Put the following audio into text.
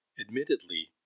Admittedly